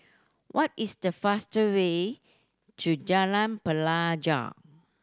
what is the faster way to Jalan Pelajau